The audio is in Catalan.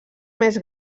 més